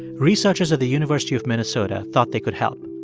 researchers at the university of minnesota thought they could help.